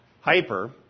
hyper